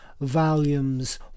Volumes